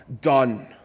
done